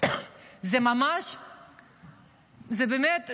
זה באמת ילדותי.